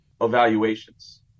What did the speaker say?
evaluations